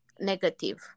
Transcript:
negative